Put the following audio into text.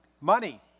Money